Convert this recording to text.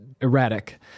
erratic